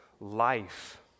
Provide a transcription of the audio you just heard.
life